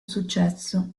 successo